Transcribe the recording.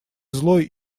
злой